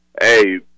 hey